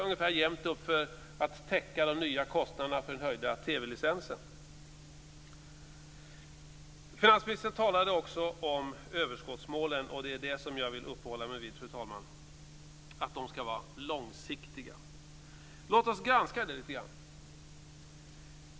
Det räcker jämnt upp för att täcka de nya kostnaderna för den höjda Finansministern talade också om överskottsmålen, och det är det som jag vill uppehålla mig vid, fru talman. De ska vara långsiktiga. Låt oss granska det lite grann.